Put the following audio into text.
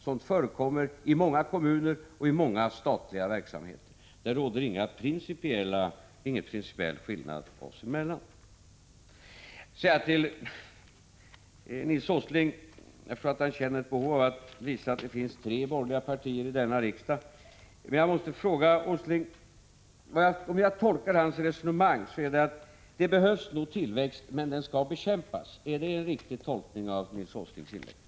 Sådant förekommer i många kommuner och i många statliga verksamheter. Det råder ingen principiell skillnad oss emellan. Till Nils G. Åsling vill jag säga att jag förstår att han känner ett behov av att visa att det finns tre borgerliga partier i denna riksdag. Men jag måste fråga Nils G. Åsling om han menar att det behövs tillväxt, men att den skall bekämpas? Är det en riktig tolkning av Nils G. Åslings inlägg?